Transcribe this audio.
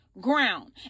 ground